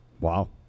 Wow